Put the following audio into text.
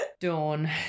Dawn